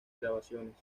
grabaciones